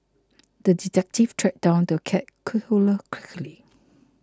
the detective tracked down the cat killer quickly